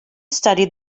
studied